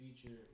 future